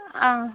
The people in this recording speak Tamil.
ஆ